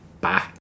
bye